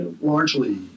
largely